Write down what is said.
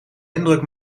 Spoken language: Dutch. indruk